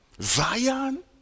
Zion